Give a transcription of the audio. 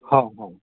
हां हां